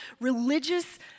religious